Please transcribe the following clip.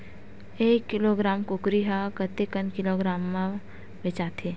एक किलोग्राम कुकरी ह कतेक किलोग्राम म बेचाथे?